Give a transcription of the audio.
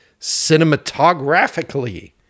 cinematographically